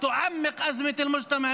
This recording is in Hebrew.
במקום לאנוס בנות,